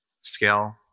scale